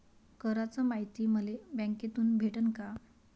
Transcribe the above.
कराच मायती मले बँकेतून भेटन का?